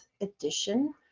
edition